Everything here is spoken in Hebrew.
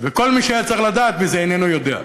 וכל מי שהיה צריך לדעת על זה איננו יודע.